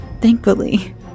Thankfully